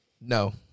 No